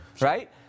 Right